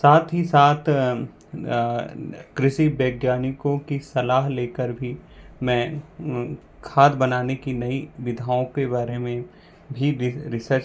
साथ ही साथ कृषि वैज्ञानिकों की सलाह लेकर भी मैं खाद बनाने की नई विधाओं के बारे में भी रिसर्च